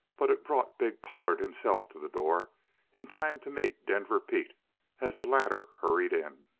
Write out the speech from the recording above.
but it brought big pollard himself to the door in time to meet denver pete as the latter hurried in.